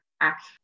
act